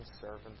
servant